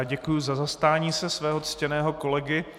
Děkuji za zastání se od svého ctěného kolegy.